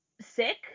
sick